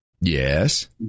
Yes